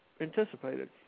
anticipated